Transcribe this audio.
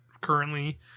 currently